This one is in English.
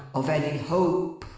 of any hope,